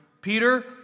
Peter